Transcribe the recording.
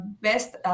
best